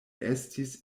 estis